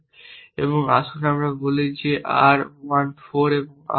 এবং আসুন আমরা বলি R 1 4 এবং R 2 4